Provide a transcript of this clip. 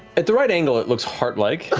at the right angle, it looks heart-like.